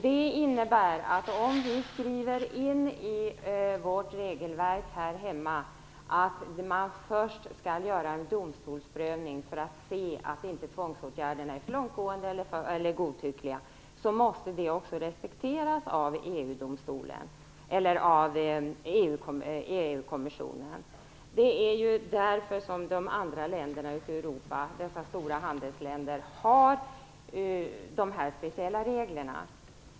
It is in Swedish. Det innebär att om vi skriver in i vårt regelverk här hemma att man först skall göra en domstolsprövning för att se att inte tvångåtgärderna är för långtgående eller godtyckliga måste det också respekteras av EG-domstolen eller av EU-kommissionen. Det är ju därför som de stora handelsländerna i Europa har dessa speciella regler.